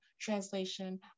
Translation